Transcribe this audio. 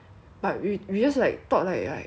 the thing is that right after we bought the food back right